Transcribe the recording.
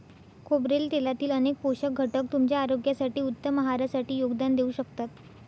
खोबरेल तेलातील अनेक पोषक घटक तुमच्या आरोग्यासाठी, उत्तम आहारासाठी योगदान देऊ शकतात